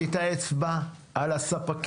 שמתי את האצבע על הספקים.